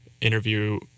interview